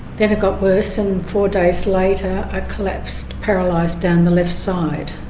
then it got worse and four days later i collapsed paralysed down the left side,